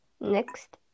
Next